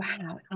wow